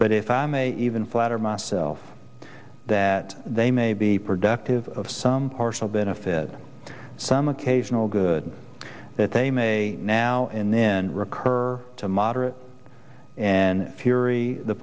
but if i may even flatter myself that they may be productive of some partial benefit some occasional good that they may now and then recur to moderate and fury the